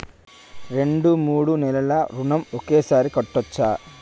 రెండు మూడు నెలల ఋణం ఒకేసారి కట్టచ్చా?